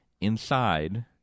Inside